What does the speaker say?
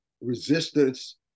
resistance